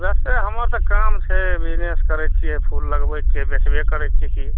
वइसे हमर तऽ काम छै बिजनेस करै छिए फूल लगबै छिए बेचबे करै छिए कि